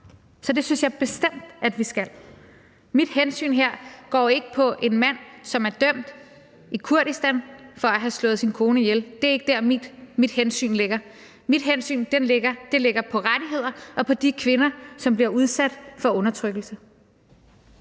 Så det synes jeg bestemt vi skal. Mit hensyn går ikke på en mand, som er dømt i Kurdistan for at have slået sin kone ihjel; det er ikke der, mit hensyn ligger. Mit hensyn ligger på rettigheder og på de kvinder, som bliver udsat for undertrykkelse.